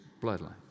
bloodline